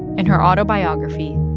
in her autobiography,